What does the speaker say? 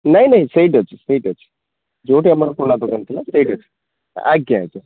ନାଇ ନାଇ ସେଇଠି ଅଛି ସେଇଠି ଅଛି ଯୋଉଠି ଆମର ପୁରୁଣା ଦୋକାନ ଥିଲା ସେଇଠି ଅଛି ଆଜ୍ଞା ଆଜ୍ଞା